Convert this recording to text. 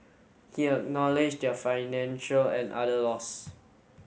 he acknowledged their financial and other loss